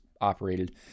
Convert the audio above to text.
operated